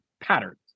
patterns